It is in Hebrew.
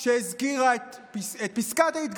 עולה שבסך הכול יש שני אזכורים לפסקת ההתגברות,